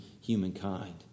humankind